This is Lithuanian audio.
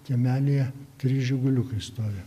kiemelyje trys žiguliukai stovi